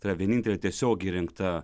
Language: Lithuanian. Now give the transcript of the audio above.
tai yra vienintelė tiesiogiai rinkta